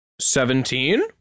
Seventeen